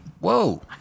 Whoa